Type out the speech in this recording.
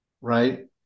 right